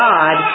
God